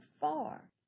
far